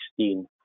2016